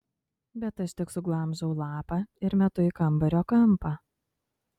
bet aš tik suglamžau lapą ir metu į kambario kampą